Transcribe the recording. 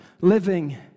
living